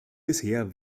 bisher